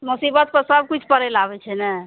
मोसिबत पर सबकिछु पड़ै लए आबै छै ने